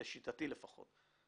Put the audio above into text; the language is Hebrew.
לשיטתי לפחות.